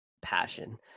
passion